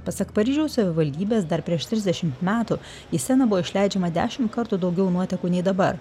pasak paryžiaus savivaldybės dar prieš trisdešimt metų į seną buvo išleidžiama dešim kartų daugiau nuotekų nei dabar